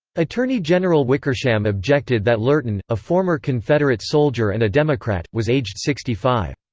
attorney general wickersham objected that lurton, a former confederate soldier and a democrat, was aged sixty five.